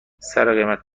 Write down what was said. سرقیمت